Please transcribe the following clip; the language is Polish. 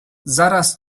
zaraz